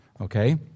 okay